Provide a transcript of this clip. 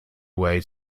way